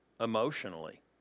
emotionally